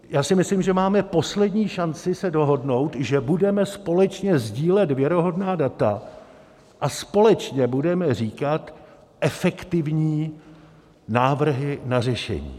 Já si myslím, že máme poslední šanci se dohodnout, že budeme společně sdílet věrohodná data a společně budeme říkat efektivní návrhy na řešení.